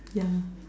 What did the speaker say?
yeah